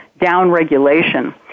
downregulation